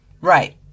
Right